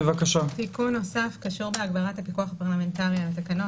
תיקון נוסף קשור בהגברת הפיקוח הפרלמנטרי על התקנות,